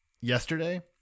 yesterday